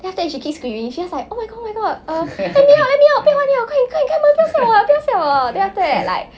then after that she keep screaming she's just like oh my god my god err let me out let me out 不要玩了快点快点开门不要吓我不要吓我了 then after that like